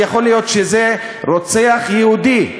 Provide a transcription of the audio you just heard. יכול להיות שזה רוצח יהודי.